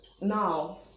now